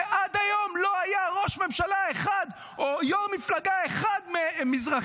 שעד היום לא היה בה ראש ממשלה אחד או יו"ר מפלגה אחד מזרחי,